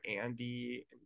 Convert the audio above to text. Andy